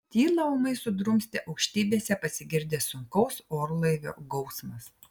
tylą ūmai sudrumstė aukštybėse pasigirdęs sunkaus orlaivio gausmas